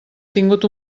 tingut